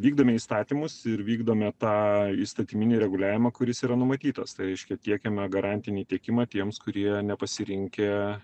vykdome įstatymus ir vykdome tą įstatyminį reguliavimą kuris yra numatytas tai reiškia tiekiame garantinį tiekimą tiems kurie nepasirinkę